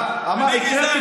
אני גזען?